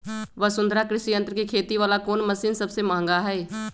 वसुंधरा कृषि यंत्र के खेती वाला कोन मशीन सबसे महंगा हई?